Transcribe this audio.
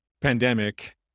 pandemic